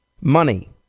Money